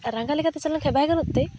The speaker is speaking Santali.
ᱨᱟᱸᱜᱟ ᱞᱮᱠᱟᱛᱮ ᱪᱟᱞᱟᱣ ᱞᱮᱱᱠᱷᱟᱱ ᱵᱟᱭ ᱜᱟᱱᱚᱜ ᱛᱮ